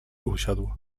usiadł